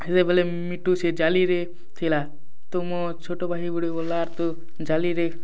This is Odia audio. ସେତେବେଳେ ମିଟୁ ସେ ଜାଲିରେ ଥିଲା ତୋ ମୋ ଛୋଟ ଭାଇ ଗୁଡ଼ି ବୋଲା ତୁ ଜାଲିରେ